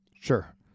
sure